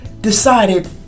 decided